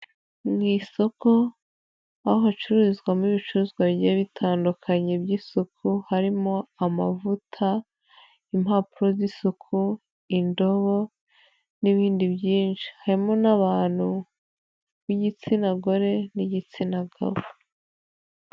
Mu isoko aho hacururizwamo ibicuruzwa bigiye bitandukanye by'isuku, harimo amavuta impapuro z'isuku, indobo n'ibindi byinshi, harimo n'abantu b'igitsina gore n'igitsina gabo.